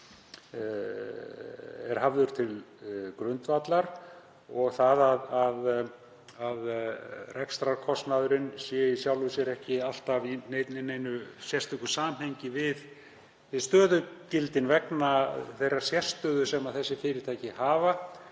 sem hafður er til grundvallar og að rekstrarkostnaðurinn sé í sjálfu sér ekki alltaf í neinu sérstöku samhengi við stöðugildin vegna þeirrar sérstöðu sem þessi fyrirtæki hafa.